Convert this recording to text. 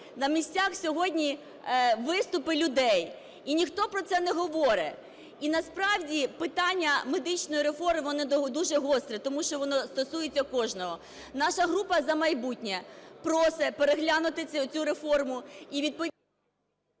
на місцях сьогодні виступи людей. І ніхто про це не говорить! І насправді питання медичної реформи дуже гостре, тому що воно стосується кожного. Наша група "За майбутнє" просить переглянути цю реформу і… ГОЛОВУЮЧИЙ.